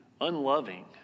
unloving